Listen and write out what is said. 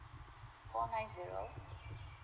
four nine zero